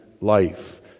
life